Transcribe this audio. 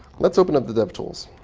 let's open up the devtools.